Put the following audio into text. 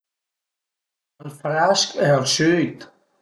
Al frèsch e al süit